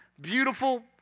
Beautiful